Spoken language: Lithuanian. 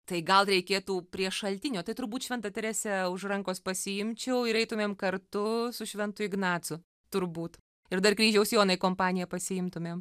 tai gal reikėtų prie šaltinio tai turbūt šventą teresę už rankos pasiimčiau ir eitumėm kartu su šventu ignacu turbūt ir dar kryžiaus joną į kompaniją pasiimtumėm